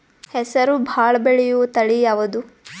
ಹೆಸರು ಭಾಳ ಬೆಳೆಯುವತಳಿ ಯಾವದು?